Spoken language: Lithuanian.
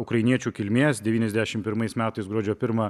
ukrainiečių kilmės devyniasdešim pirmais metais gruodžio pirmą